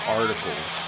articles